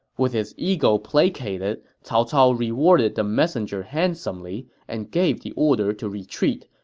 with his ego placated, cao cao rewarded the messenger handsomely and gave the order to retreat,